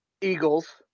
Eagles